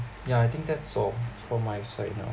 yeah I think that's all for my side now